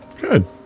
Good